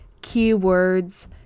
keywords